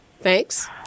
Thanks